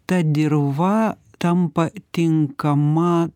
ta dirva tampa tinkama